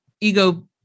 ego